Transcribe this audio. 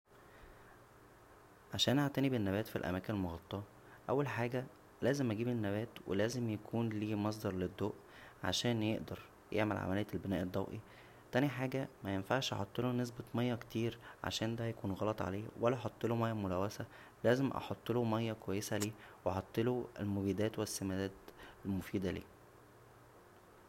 عشان اعتنى بالنبات فى الاماكن المغطاه اول حاجه لازم اجيب النبات ولازم يكون ليه مصدر للضوء عشان يقدر يعمل عملية البناء الضوئى تانى حاجه مينفعش احطله نسبة مياه كتير عشان دا هيكون غلط عليه ولا احطله مياه ملوثه لازم احطله مياه كويسه ليه واحطله المبيدات و السمادات المفيده ليه